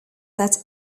that